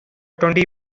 twenty